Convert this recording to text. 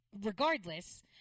regardless